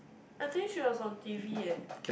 I think she was on T_V eh